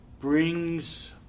brings